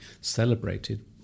celebrated